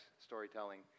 storytelling